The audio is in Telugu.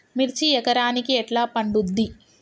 మిర్చి ఎకరానికి ఎట్లా పండుద్ధి?